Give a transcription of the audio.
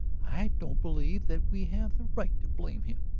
i don't believe that we have the right to blame him?